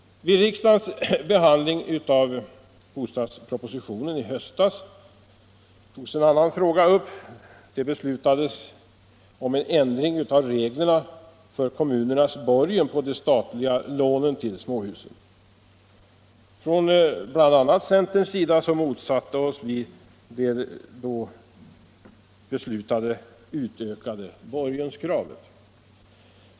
Vid riksdagens behandling av bostadspropositionen i höstas togs en annan fråga upp. Det beslutades om ändring av reglerna för kommunernas borgen för de statliga lånen till småhus. BI. a. vi från centerns sida motsatte oss det utökade borgenskravet.